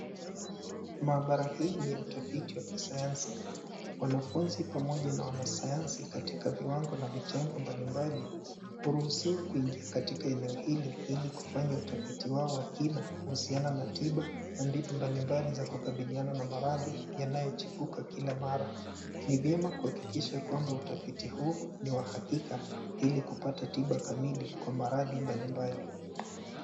Maabara hi ni ya utafiti wa sayansi. Wanafunzi pamoja na wanasayansi katika viwango na vitengo mbalimbali huruhusiwa kuingia katika eneo hili ili kufanya utafiti wao wa kina kuhusiana na tiba na mbinu mbalimbali za kukabiliana na maradhi yanayochipuka kila mara. Ni vyema kuhakikisha kwamba utafiti huu ni wa hakika ili kupata tiba kamili kwa maradhi mbalimbali.